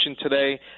today